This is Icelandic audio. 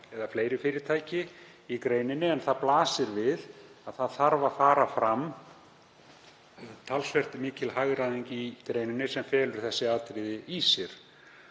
eða fleiri fyrirtæki í greininni. Það blasir við að það þarf að verða talsvert mikil hagræðing í greininni sem felur þessi atriði í sér.